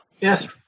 Yes